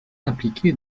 impliqué